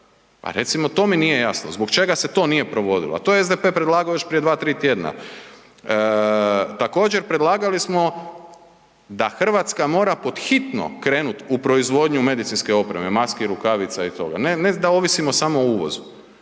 A recimo to mi nije jasno. Zbog čega se to nije provodilo? A to je SDP predlago još prije 2-3 tjedna. Također predlagali smo da RH mora pod hitno krenut u proizvodnju medicinske opreme, maski, rukavica i toga, ne, ne da ovisimo samo o uvozu.